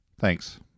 thanks